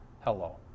Hello